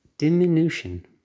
Diminution